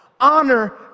Honor